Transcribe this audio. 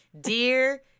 dear